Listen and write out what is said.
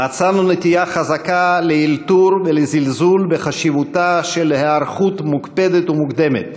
"מצאנו נטייה חזקה לאלתור ולזלזול בחשיבותה של היערכות מוקפדת ומוקדמת